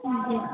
जी